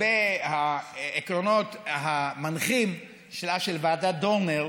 העקרונות המנחים של ועדת דורנר,